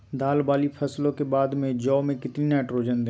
दाल वाली फसलों के बाद में जौ में कितनी नाइट्रोजन दें?